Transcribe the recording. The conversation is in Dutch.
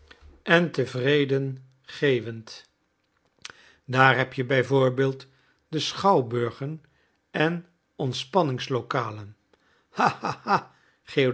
en tevreden geeuwend daar heb je bij voorbeeld de schouwburgen en ontspanningslokalen